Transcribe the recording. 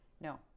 No